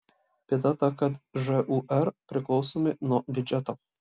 bėda ta kad žūr priklausomi nuo biudžeto